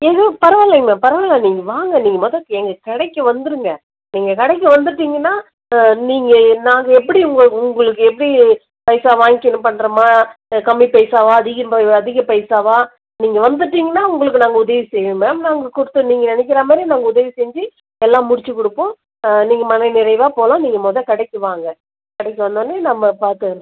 ம்ஹூம் பரவாயில்லைங்க மேம் பரவாயில்லை நீங்கள் வாங்க நீங்கள் மொதோ எங்கள் கடைக்கு வந்துடுங்க எங்கள் கடைக்கு வந்துவிட்டீங்கன்னா நீங்கள் நாங்கள் எப்படி உங்களுக்கு உங்களுக்கு எப்படி பைசா வாங்கிக்கினு பண்ணுறோமா இல்லை கம்மி பைசாவா அதிகம் ப அதிக பைசாவா நீங்கள் வந்துவிட்டீங்கன்னா உங்களுக்கு நாங்கள் உதவி செய்வோம் மேம் நாங்கள் கொடுத்த நீங்கள் நினைக்கிற மாதிரி நாங்கள் உதவி செஞ்சு எல்லா முடித்து கொடுப்போம் நீங்கள் மன நிறைவாக போகலாம் நீங்கள் மொதோ கடைக்கு வாங்க கடைக்கு வந்தோடனே நம்ம பார்த்து